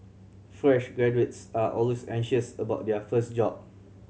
fresh graduates are always anxious about their first job